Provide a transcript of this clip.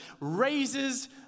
raises